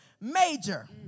major